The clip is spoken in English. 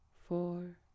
Four